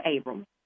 Abram